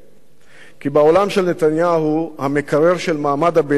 כי בעולם של נתניהו המקרר של מעמד הביניים מלא,